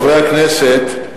חברי הכנסת,